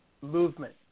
movement